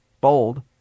bold